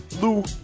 Lou